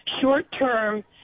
short-term